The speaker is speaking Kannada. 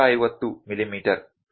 ಮೀ ಪ್ಲಸ್ ಮೈನಸ್ ಆಗಿರಬಹುದು